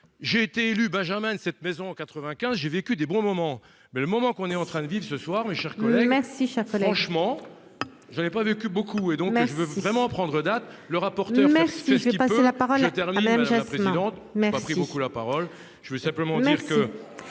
j'ai été élu Benjamin de cette maison en 95 j'ai vécu des bons moments, mais le moment qu'on est en train de vivre ce soir mais je ai. Merci, franchement, je n'ai pas vécu beaucoup et donc je veux vraiment prendre date le rapporteur, mais c'est ce qui passe, la parole est même présidente mais pas pris beaucoup la parole, je veux simplement dire que